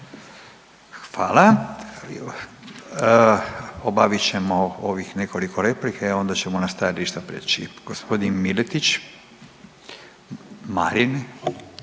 Hvala. Obavit ćemo nekoliko replika i onda ćemo na stajališta preći. Gospodin Miletić Marin.